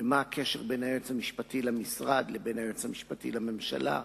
ומה הקשר בין היועץ המשפטי למשרד לבין היועץ המשפטי לממשלה,